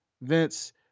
Vince